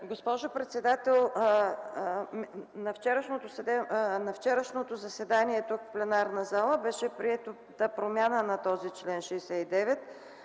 Госпожо председател, на вчерашното заседание тук, в пленарната зала, беше приета промяна на чл. 69